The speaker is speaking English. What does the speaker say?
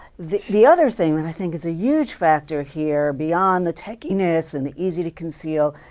the the other thing that i think is a huge factor here, beyond the techiness and the easy to conceal,